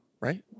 right